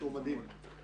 שהוא מדהים.